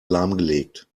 lahmgelegt